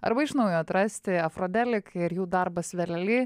arba iš naujo atrasti afrodelik ir jų darbą svelely